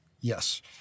yes